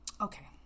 okay